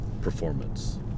performance